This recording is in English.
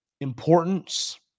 importance